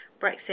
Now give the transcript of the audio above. brexit